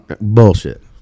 Bullshit